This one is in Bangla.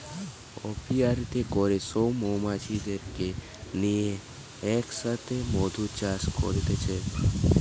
অপিয়ারীতে করে সব মৌমাছিদেরকে লিয়ে এক সাথে মধু চাষ করতিছে